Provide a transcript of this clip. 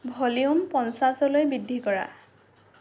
volume পঞ্চাছলৈ বৃদ্ধি কৰা